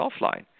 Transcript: offline